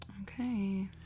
Okay